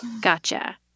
Gotcha